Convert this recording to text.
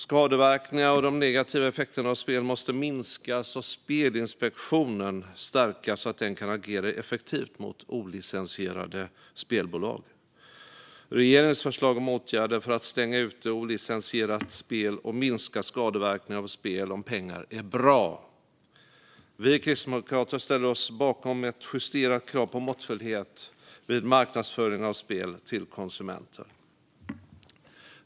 Skadeverkningarna och de negativa effekterna av spel måste minskas. Spelinspektionen måste stärkas, så att den kan agera effektivt mot olicensierade spelbolag. Regeringens förslag om åtgärder för att stänga ute olicensierat spel och minska skadeverkningarna av spel om pengar är bra. Vi kristdemokrater ställer oss bakom ett justerat krav på måttfullhet vid marknadsföring av spel till konsumenter.